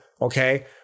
okay